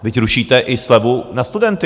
Vždyť rušíte i slevu na studenty!